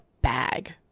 bag